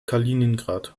kaliningrad